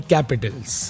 Capitals